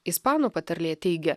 ispanų patarlė teigia